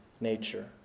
nature